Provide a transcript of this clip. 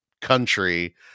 country